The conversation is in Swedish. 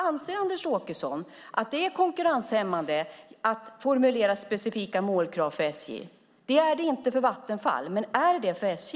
Anser Anders Åkesson att det är konkurrenshämmande att formulera specifika målkrav för SJ? Det är det inte för Vattenfall, men är det det för SJ?